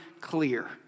clear